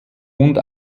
und